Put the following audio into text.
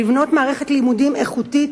לבנות מערכת לימודים איכותית,